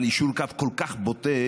אבל יישור קו כל כך בוטה,